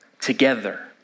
together